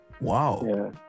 Wow